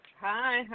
Hi